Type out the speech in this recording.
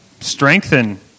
strengthen